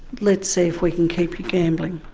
let's see if we can keep you gambling.